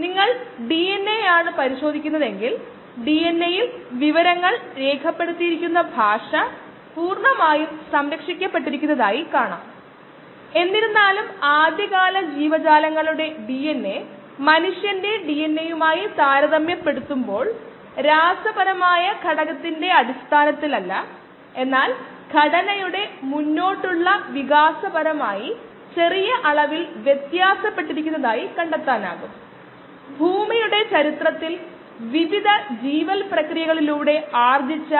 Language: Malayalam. സാന്ദ്രത കുറയുന്നതിന്റെ നിരക്ക് പ്രായോഗിക കോശങ്ങളുടെ സാന്ദ്രതയ്ക്ക് നേരിട്ട് ആനുപാതികമാണെന്ന് നമ്മൾ കരുതുന്നുവെങ്കിൽ ഈ സാഹചര്യം വിശകലനം ചെയ്യാമെന്ന് പറഞ്ഞു ഒരു ഫസ്റ്റ് ഓർഡർ റിലേഷൻഷിപ്പ്ന്റെ പ്രവർത്തനം ഒരു ബാച്ച് ബയോആക്ടറിൽ സംഭവിക്കുന്നു